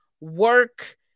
work